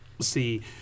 See